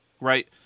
right